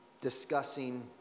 discussing